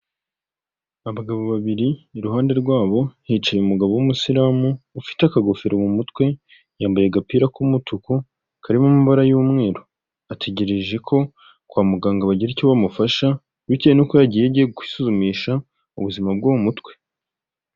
Abagabo babiri iruhande rwabo hicaye umugabo w'umusilamu ufite akagofero mu mutwe, yambaye agapira k'umutuku karimo amabara y'umweru ategereje ko kwa muganga bagira icyo bamufasha bitewe n'uko yagiye agiye kwiusuzumisha ubuzima bwo mu mutwe.